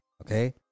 Okay